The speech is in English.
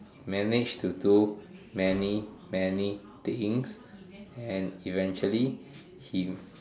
he managed to do many many things and eventually he